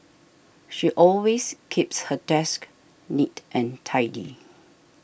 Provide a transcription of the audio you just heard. she always keeps her desk neat and tidy